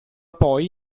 poi